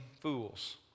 fools